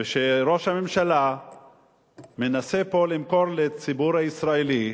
ראש הממשלה מנסה פה למכור לציבור הישראלי,